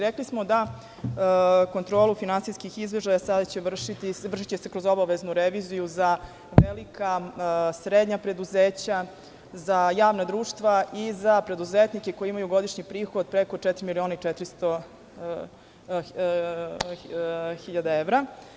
Rekli smo da kontrola finansijskih izveštaja sada će se vršiti kroz obaveznu reviziju za velika, srednja preduzeća, za javna društva i za preduzetnike koji imaju godišnji prihod od preko četiri miliona 400 hiljada evra.